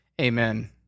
Amen